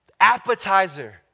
appetizer